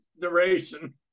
duration